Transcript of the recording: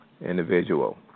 individual